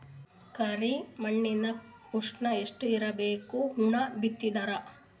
ಕರಿ ಮಣ್ಣಿನ ಉಷ್ಣ ಎಷ್ಟ ಇರಬೇಕು ಹಣ್ಣು ಬಿತ್ತಿದರ?